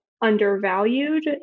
undervalued